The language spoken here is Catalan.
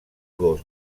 gos